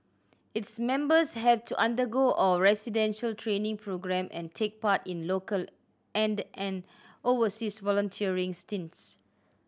its members have to undergo a residential training programme and take part in local and an overseas volunteering stints